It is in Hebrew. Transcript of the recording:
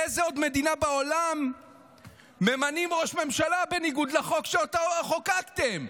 באיזו עוד מדינה בעולם ממנים ראש ממשלה בניגוד לחוק שאותו חוקקתם,